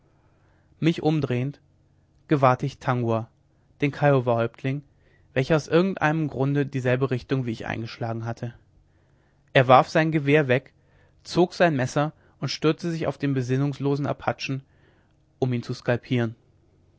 mich umdrehend gewahrte ich tangua den kiowahäuptling welcher aus irgend einem grunde dieselbe richtung wie ich eingeschlagen hatte er warf sein gewehr weg zog sein messer und stürzte sich auf den besinnungslosen apachen um ihn zu skalpieren